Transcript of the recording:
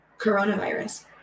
Coronavirus